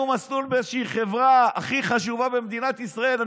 מסלול באיזושהי חברה הכי חשובה במדינת ישראל,